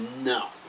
No